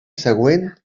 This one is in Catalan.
següent